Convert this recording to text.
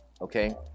okay